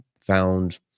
found